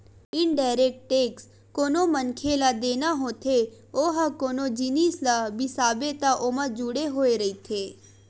indirect tax कोनो मनखे ल देना होथे ओहा कोनो जिनिस ल बिसाबे त ओमा जुड़े होय रहिथे